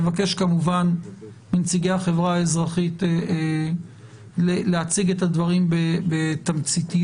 אנחנו נבקש כמובן מנציגי החברה האזרחית להציג את הדברים בתמציתיות,